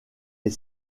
est